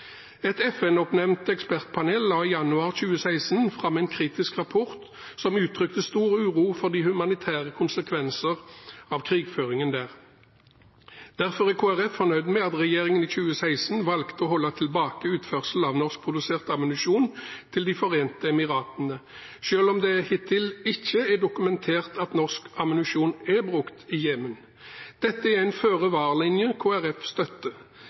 Et FN-oppnevnt ekspertpanel la i januar 2016 fram en kritisk rapport som uttrykte stor uro for de humanitære konsekvenser av krigføringen der. Derfor er Kristelig Folkeparti fornøyd med at regjeringen i 2016 valgte å holde tilbake utførsel av norskprodusert ammunisjon til De forente emiratene, selv om det hittil ikke er dokumentert at norsk ammunisjon er brukt i Jemen. Dette er en føre-var-linje Kristelig Folkeparti støtter.